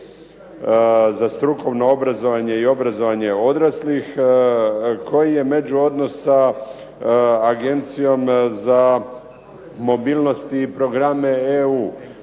za strukovno obrazovanje i obrazovanje odraslih, koji je međuodnos sa Agencijom za mobilnost i programe EU,